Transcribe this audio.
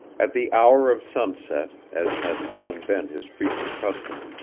at the hour of sunset, as had long been his frequent custom,